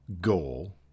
goal